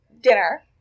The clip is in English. dinner